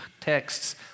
texts